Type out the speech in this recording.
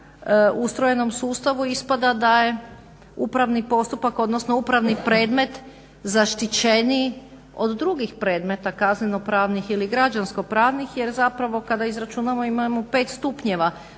ustrojenom sustavu ispada da je upravni postupak, odnosno upravni predmet zaštićeniji od drugih predmeta kaznenopravnih ili građanskopravnih jer zapravo kada izračunamo imamo pet stupnjeva. Najprije